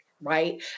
right